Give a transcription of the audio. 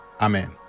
Amen